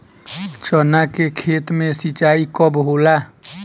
चना के खेत मे सिंचाई कब होला?